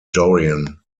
dorian